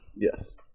Yes